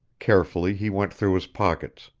carefully he went through his pockets.